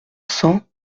cents